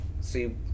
see